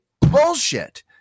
bullshit